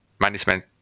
management